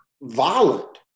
violent